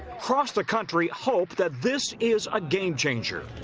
across the country, hope that this is a game changer.